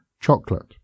chocolate